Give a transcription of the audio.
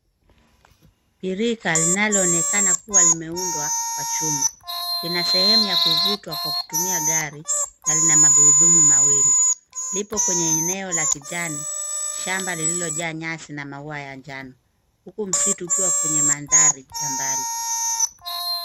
Birika linaloonekana kuwa limeundwa kwa chuma. Lina sehemu ya kuvutwa kwa kutumia gari na lina magurudumu mawili. Lipo kwenye eneo la kijani, shamba lililojaa nyasi na maua ya njano huku msitu ukiwa kwenye mandhari ya mbali.